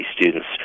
students